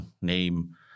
name